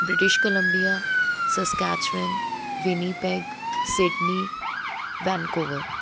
British Columbia Saskatchewan Winnipeg Sydney Vancouver